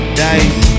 dice